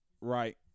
right